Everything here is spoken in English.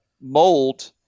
mold